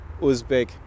Uzbek